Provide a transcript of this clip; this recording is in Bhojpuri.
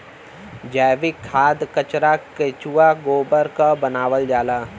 जैविक खाद कचरा केचुआ गोबर क बनावल जाला